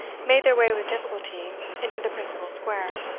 made their way with difficulty into the principal square,